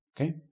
Okay